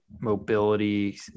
mobility